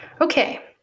Okay